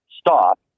stop